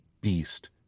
beast